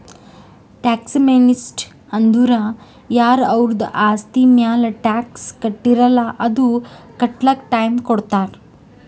tax amnesty ಅಂದುರ್ ಯಾರ ಅವರ್ದು ಆಸ್ತಿ ಮ್ಯಾಲ ಟ್ಯಾಕ್ಸ್ ಕಟ್ಟಿರಲ್ಲ್ ಅದು ಕಟ್ಲಕ್ ಟೈಮ್ ಕೊಡ್ತಾರ್